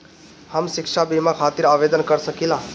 हम शिक्षा बीमा खातिर आवेदन कर सकिला?